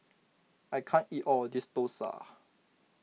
I can't eat all of this Dosa